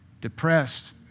depressed